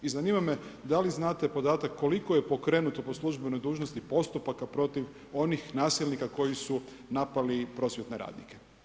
I zanima me da li znate podatak koliko je pokrenuto po službenoj dužnosti postupaka protiv onih nasilnika koji su napali prosvjetne radnike.